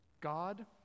God